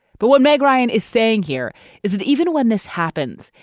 but what meg ryan is saying here is that even when this happens,